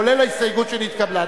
כולל ההסתייגות שנתקבלה,